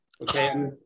okay